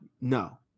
No